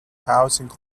housing